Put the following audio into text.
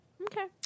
Okay